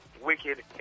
wicked